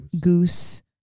Goose